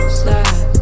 slide